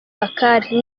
bakary